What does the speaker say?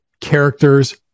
characters